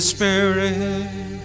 Spirit